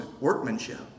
workmanship